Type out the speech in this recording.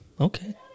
Okay